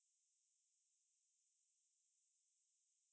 இல்லை வேற:illai vera group ya வேற:vera group